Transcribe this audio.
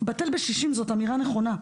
"בטל בשישים" זאת אמירה נכונה,